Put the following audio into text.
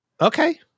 Okay